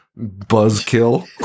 buzzkill